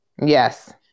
Yes